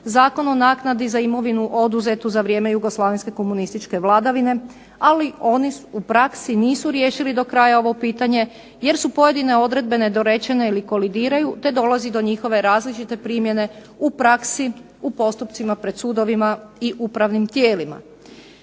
Zakon o naknadi za imovinu oduzetu za vrijeme jugoslavenske komunističke vladavine, ali oni u praksi nisu riješili do kraja ovo pitanje jer su pojedine odredbe nedorečene ili kolidiraju te dolazi do njihove različite primjene u praksi u postupcima pred sudovima i upravnim tijelima.